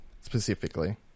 specifically